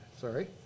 sorry